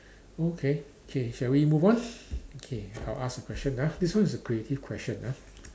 okay K shall we move on okay I'll ask a question ah this one is a creative question ah